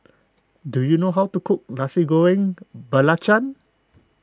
do you know how to cook Nasi Goreng Belacan